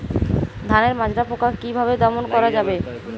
ধানের মাজরা পোকা কি ভাবে দমন করা যাবে?